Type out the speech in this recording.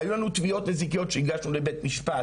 היו לנו תביעות נזיקיות שהגשנו לבית משפט